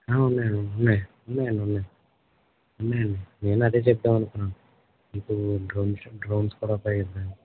ఉన్నాయండి ఉన్నాయ్ ఉన్నాయండి ఉన్నాయ్ ఉన్నాయండి నేనూ అదే చెప్దామనుకున్నాను ఇప్పుడు డ్రోన్స్ డ్రోన్స్ కూడా